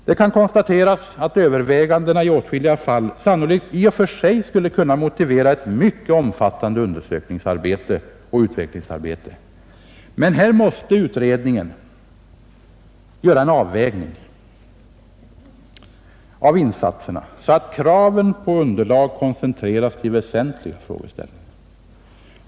Det kan konstateras att övervägandena i åtskilliga fall sannolikt i och för sig skulle kunna motivera ett mycket omfattande undersökningsoch utvecklingsarbete, men här måste utredningen göra en avvägning av insatserna, så att kraven på underlag koncentreras till väsentliga frågeställningar.